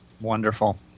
Wonderful